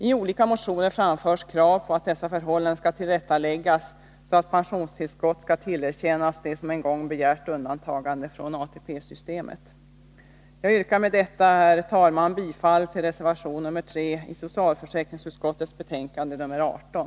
I olika motioner framförs krav på att dessa förhållanden skall tillrättaläggas, så att pensionstillskott skall tillerkännas dem som en gång begärt undantagande från ATP-systemet. Jag yrkar med detta, herr talman, bifall till reservation 3 i socialförsäkringsutskottets betänkande 18.